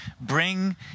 bring